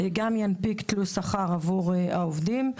חשבנו שהתאגיד גם ינפיק תלוש שכר עבור העובדים.